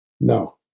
No